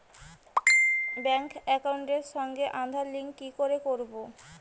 Bank একাউন্টের সঙ্গে Aadhaar link কি করে করবো?